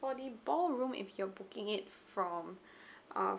for the ballroom if you're booking it from uh